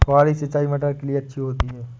फुहारी सिंचाई मटर के लिए अच्छी होती है?